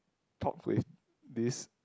talk with this